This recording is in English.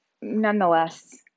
nonetheless